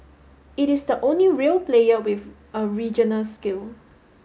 it is the only real player with a regional scale